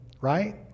right